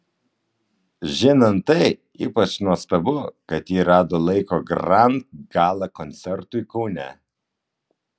žinant tai ypač nuostabu kad ji rado laiko grand gala koncertui kaune